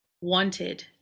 wanted